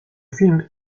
film